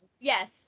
Yes